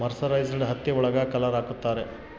mercerised ಹತ್ತಿ ಒಳಗ colour ಹಾಕುತ್ತಾರೆ